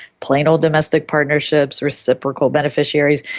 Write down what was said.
plain old domestic partnerships, reciprocal beneficiaries,